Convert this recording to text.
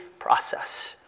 process